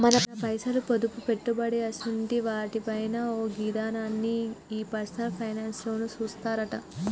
మన పైసలు, పొదుపు, పెట్టుబడి అసోంటి వాటి పైన ఓ ఇదనాన్ని ఈ పర్సనల్ ఫైనాన్స్ లోనే సూత్తరట